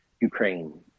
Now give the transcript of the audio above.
Ukraine